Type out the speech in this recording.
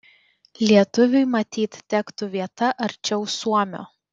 lietuviui matyt tektų vieta arčiau suomio